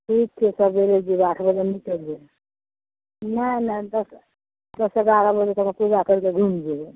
ठीक छै सबेरे जेबै आठ बजे निकलि जेबै नहि नहि दश दश एगारह बजे तक पूजा करि के घूम जेबै